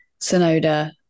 Sonoda